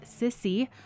Sissy